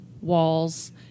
walls